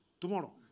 tomorrow